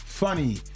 Funny